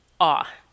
awe